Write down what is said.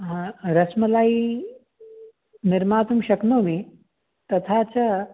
हा रस्मलाय् निर्मातुं शक्नोमि तथा च